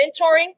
mentoring